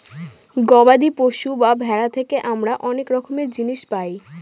গবাদি পশু বা ভেড়া থেকে আমরা অনেক রকমের জিনিস পায়